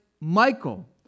Michael